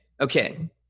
Okay